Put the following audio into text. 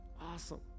Awesome